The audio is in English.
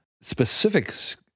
Specifics